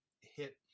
hit